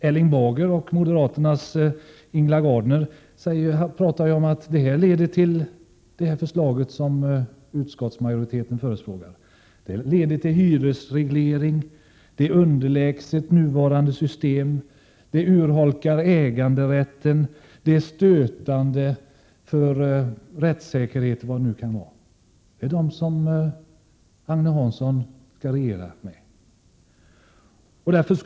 Erling Bager och moderaternas Ingela Gardner säger att utskottsmajoritetens förslag leder till hyresreglering, att det är underlägset nuvarande system, att det urholkar äganderätten, att det är stötande för rättssäkerheten och allt vad det kan vara. Det är dessa som Agne Hansson eventuellt skall regera med.